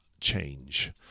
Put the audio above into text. change